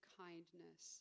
kindness